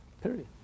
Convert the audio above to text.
Period